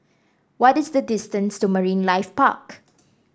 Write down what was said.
what is the distance to Marine Life Park